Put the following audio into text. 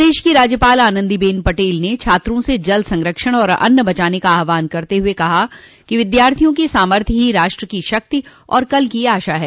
प्रदेश की राज्यपाल आनन्दीबेन पटेल ने छात्रों से जल संरक्षण और अन्न बचाने का आह्वान करते हुए कहा कि विद्यार्थियों की सामर्थ्य ही राष्ट्र की शक्ति और कल की आशा है